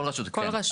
כל רשות כן.